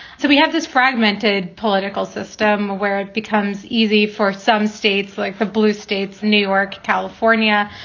so we have this fragmented political system where it becomes easy for some states, like the blue states, new york, california,